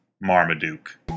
Marmaduke